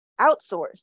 outsource